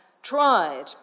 tried